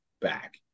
back